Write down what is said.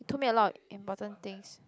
he told me a lot of important things